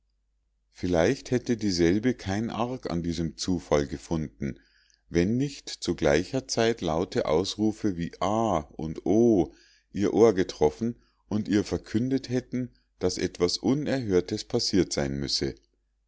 vielleicht hätte dieselbe kein arg an diesem kleinen zufall gefunden wenn nicht zu gleicher zeit laute ausrufe wie ah und o ihr ohr getroffen und ihr verkündet hätten daß etwas unerhörtes passiert sein müsse